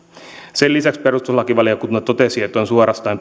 sen lisäksi perustuslakivaliokunta totesi että on suorastaan